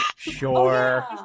Sure